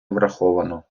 враховано